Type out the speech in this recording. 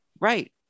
Right